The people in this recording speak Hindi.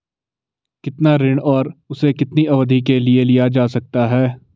कितना ऋण और उसे कितनी अवधि के लिए लिया जा सकता है?